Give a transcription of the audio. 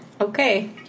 Okay